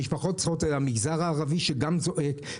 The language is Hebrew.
המשפחות מהמגזר הערבי שגם זועק.